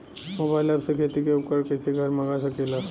Mobile ऐपसे खेती के उपकरण कइसे घर मगा सकीला?